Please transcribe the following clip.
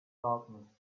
loudness